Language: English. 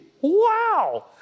Wow